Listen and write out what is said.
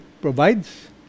provides